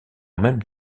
même